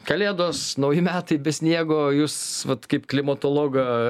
kalėdos nauji metai be sniego jus vat kaip klimatologą